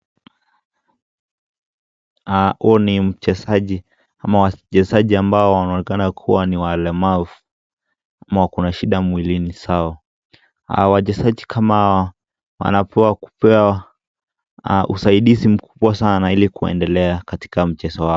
Huu ni mchezaji ama wachezaji ambao wanaonekana kuwa ni walemavu, ama wakona shida mwilini zao. Wachezaji kama hawa wanafaa kupewa usaidizi mkubwa sana ili kuendelea katika mchezo wao.